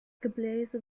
gebläse